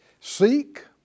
seek